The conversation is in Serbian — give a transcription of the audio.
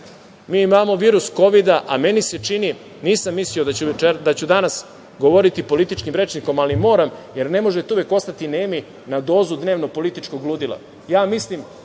mi imamo virus Kovida, a meni se čini… nisam mislio da ću danas govoriti političkim rečnikom, ali moram, jer ne možete uvek ostati nemi na dozu dnevno-političkog ludila. Ja mislim